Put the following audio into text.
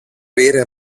πήρε